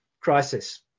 crisis